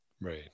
Right